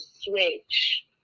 switch